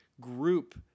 group